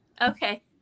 Okay